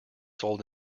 sold